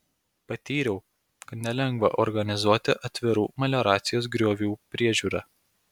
patyriau kad nelengva organizuoti atvirų melioracijos griovių priežiūrą